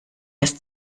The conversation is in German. ist